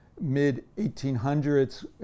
mid-1800s